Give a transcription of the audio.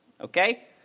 okay